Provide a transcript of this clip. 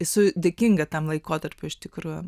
esu dėkinga tam laikotarpiui iš tikrųjų